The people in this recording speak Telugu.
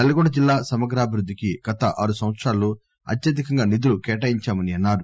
నల్లగొండ జిల్లా సమగ్రాభివృద్ధికి గత ఆరు సంవత్సరాల్లో అత్యధికంగా నిధులు కేటాయించామన్నారు